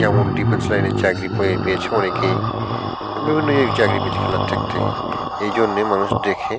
যেমন ডিফেন্স লাইনে চাকরি পেয়ে পেয়েছে অনেকেই বিভিন্ন জায়গায় চাকরি পেয়েছে খেলার থেকে এই জন্যে মানুষ দেখে